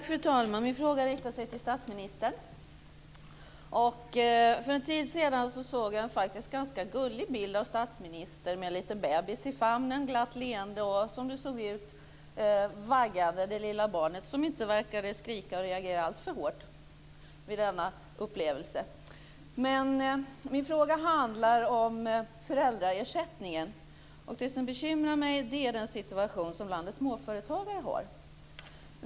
Fru talman! Min fråga riktar sig till statsministern. För en tid sedan såg jag en ganska gullig bild av statsministern med en liten bebis i famnen. Han var glatt leende och vaggade, som det såg ut, det lilla barnet, som inte verkade skrika eller reagera alltför mycket på denna upplevelse. Min fråga handlar om föräldraersättningen. Det som bekymrar mig är den situation som landets småföretagare har.